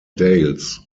dales